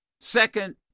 second